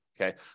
Okay